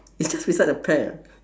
it's just beside the pear